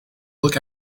look